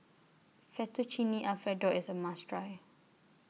Fettuccine Alfredo IS A must Try